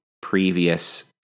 previous